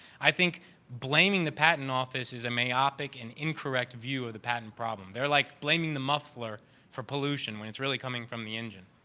i think blaming the patent office is a myopic and incorrect view of the patent problem. they're like blaming the muffler for pollution when it's really coming from the engine.